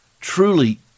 truly